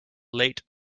late